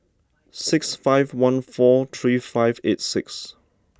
six five one four three five eights six